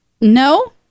No